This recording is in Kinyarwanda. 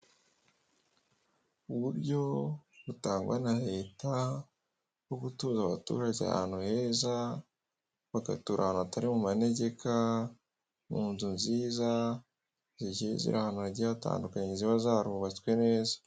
Uburyo butangwa na leta bwo gutuza abaturage ahantu heza, bagatura ahantu hatari mu manegeka, mu nzu nziza zigiye ziri ahantu hagiye hatandukanye ziba zarubatswe neza.